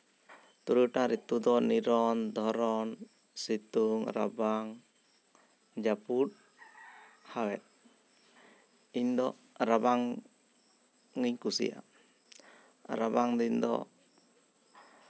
ᱛᱩᱨᱩᱭ ᱜᱚᱴᱟᱝ ᱨᱤᱛᱩ ᱫᱚ ᱱᱤᱨᱚᱱ ᱫᱷᱚᱨᱚᱱ ᱥᱤᱛᱩᱝ ᱨᱟᱵᱟᱝ ᱡᱟᱹᱯᱩᱫ ᱦᱟᱣᱮᱫ ᱤᱧ ᱫᱚ ᱨᱟᱵᱟᱝ ᱤᱧᱤᱧ ᱠᱩᱥᱤᱭᱟᱜᱼᱟ ᱨᱟᱵᱟᱝ ᱫᱤᱱ ᱫᱚ